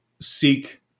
seek